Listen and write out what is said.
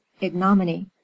ignominy